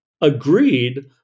agreed